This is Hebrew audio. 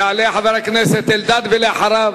יעלה חבר הכנסת אריה אלדד, ואחריו,